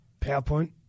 PowerPoint